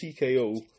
TKO